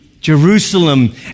Jerusalem